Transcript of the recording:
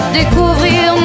découvrir